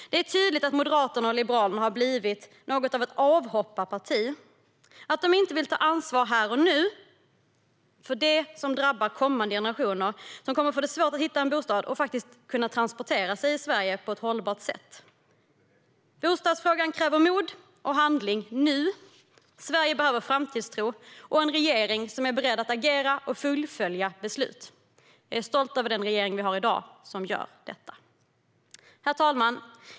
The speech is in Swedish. Det är tydligt att Moderaterna och Liberalerna har blivit något av en sorts avhopparpartier. Att de inte vill ta ansvar här och nu drabbar framtida generationer som kommer att få svårt att hitta en bostad och transportera sig i Sverige på ett hållbart sätt. Bostadsfrågan kräver mod och handling nu. Sverige behöver framtidstro och en regering som är beredd att agera och fullfölja beslut. Jag är stolt över den regering vi har i dag som gör detta. Herr talman!